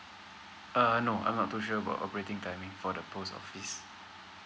uh no I'm not too sure about operating timing for the post office